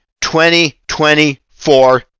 2024